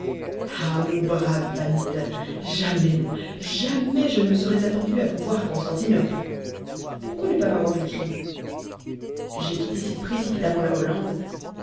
ah mon brave van mitten jamais non jamais je ne me serais attendu à vous voir a constantinople pourquoi ne pas m'avoir écrit j'ai quitté si précipitamment la hollande